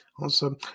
Awesome